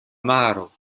maro